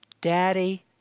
Daddy